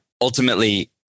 Ultimately